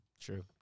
true